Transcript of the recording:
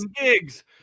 gigs